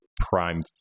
Prime